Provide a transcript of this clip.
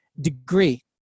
degree